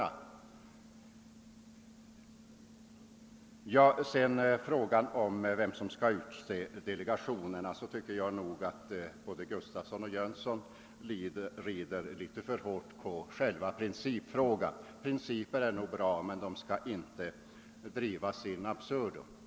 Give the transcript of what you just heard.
När det gäller frågan om vem som skall utse de två nya ledamöterna i delegationerna tycker jag att både herr Gustavsson i Alvesta och herr Jönsson i Ingemarsgården rider litet för hårt på själva principfrågan. Principer är nog bra men de skall inte drivas in absurdum.